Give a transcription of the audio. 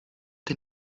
den